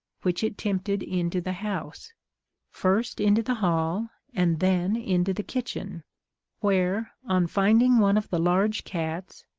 which it tempted into the house first into the hall, and then into the kitchen where, on finding one of the large cats,